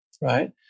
Right